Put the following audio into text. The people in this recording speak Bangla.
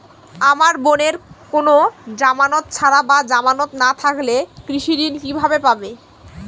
আমার বোনের কোন জামানত ছাড়া বা জামানত না থাকলে কৃষি ঋণ কিভাবে পাবে?